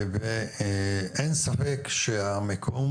אין ספק, שהמיקום